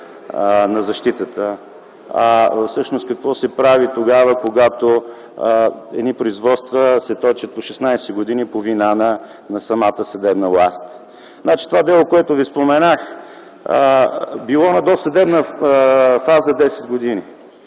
на защитата, всъщност какво се прави тогава, когато едни производства се точат по 16 години по вина на самата съдебна власт? Това дело, което ви споменах, било на досъдебна фаза 10 години.